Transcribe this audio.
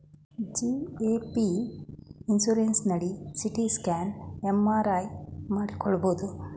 GAP insurance ನಡಿ CT scan, MRI ಮಾಡಿಸಿಕೊಳ್ಳಬಹುದು